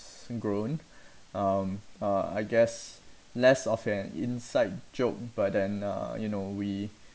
grown um uh I guess less of an inside joke but an uh you know we